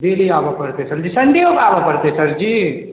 daily आबऽ पड़तै सरजी सन्डेओ के आबऽ पड़तै सरजी